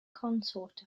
consort